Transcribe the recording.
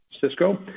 Cisco